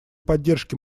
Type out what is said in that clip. поддержке